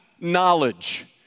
knowledge